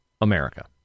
America